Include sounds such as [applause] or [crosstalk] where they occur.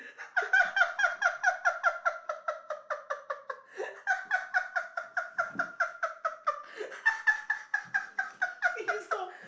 [laughs]